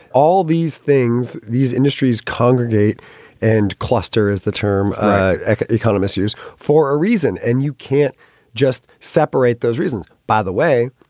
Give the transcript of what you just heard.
all these things. these industries congregate and cluster is the term ah like ah economists use for a reason. and you can't just separate those reasons. by the way,